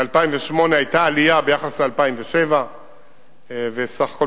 ב-2008 היתה עלייה ביחס ל-2007 וסך הכול